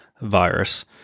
virus